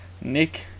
Nick